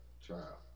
trial